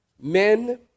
Men